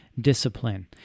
Discipline